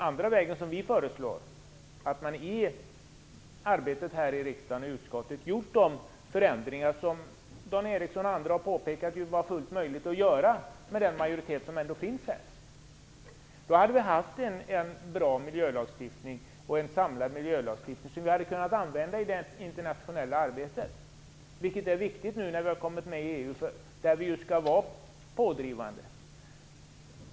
Hade man, som vi föreslog, gått den andra vägen och i arbetet här i riksdagen genomfört de förändringar som enligt vad Dan Ericsson och andra har påpekat är fullt möjliga att göra med den majoritet som finns, hade vi haft en bra och samlad miljölagstiftning som vi hade kunnat använda i det internationella arbetet, vilket är viktigt nu när vi har kommit med i EU, där vi ju skall vara pådrivande.